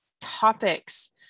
topics